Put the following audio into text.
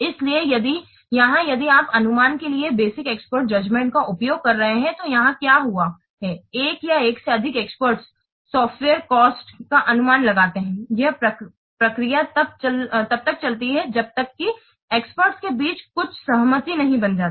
इसलिए यहां यदि आप अनुमान के लिए बेसिक एक्सपर्ट जजमेंट टेक्निक्स का उपयोग कर रहे हैं तो यहां क्या हुआ है एक या एक से अधिक एक्सपर्ट सॉफ्टवेयर कॉस्ट का अनुमान लगाते हैं यह प्रक्रिया तब तक चलती रहती है जब तक कि एक्सपर्ट के बीच कुछ सहमति नहीं बन जाती